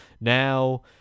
now